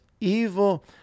evil